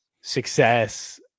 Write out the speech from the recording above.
success